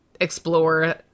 explore